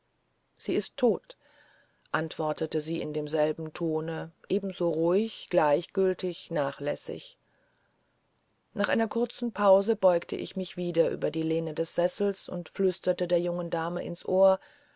sie ist tot antwortete sie in demselben tone ebenso ruhig gleichgültig nachlässig nach einer kurzen pause beugte ich mich wieder über die lehne des sessels und flüsterte der jungen dame ins ohr